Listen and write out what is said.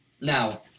Now